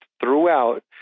throughout